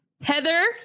Heather